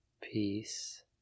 peace